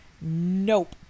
Nope